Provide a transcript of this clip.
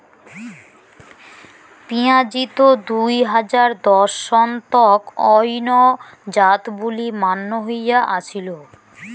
পিঁয়াজিত দুই হাজার দশ সন তক অইন্য জাত বুলি মান্য হয়া আছিল